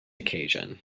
occasion